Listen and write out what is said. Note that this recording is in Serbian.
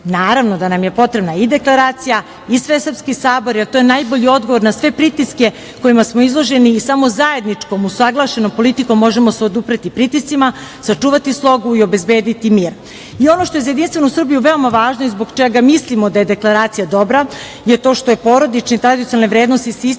Naravno da nam je potrebna i deklaracija i svesrpski sabor. To je najbolji odgovor na sve pritiske kojima smo izloženi. Samo zajedničkom usaglašenom politikom možemo se odupreti pritiscima, sačuvati slogu i obezbediti mir. Ono što je za Jedinstvenu Srbiju veoma važno i zbog čega mislimo da je deklaracija dobra je to što se porodične i tradicionalne vrednosti se